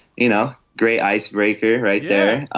you know great icebreaker right there.